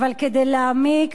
אבל כדי להעמיק